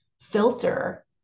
filter